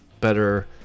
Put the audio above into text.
better